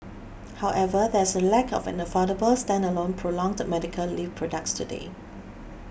however there is a lack of an affordable standalone prolonged medical leave products today